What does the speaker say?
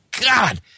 god